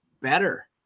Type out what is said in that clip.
better